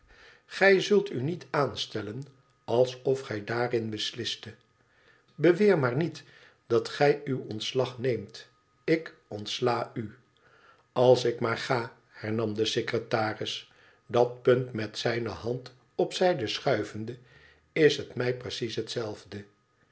gij zult u niet aanstellen alsof gij daarin beslistet beweer maar niet dat gij uw ontslag neemt ik ontsla u als ik maar ga hernam de secretaris dat punt met zijne hand op zijde schuivende lis het mij precies hetzelfde